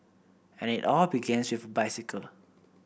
and it all begins with bicycle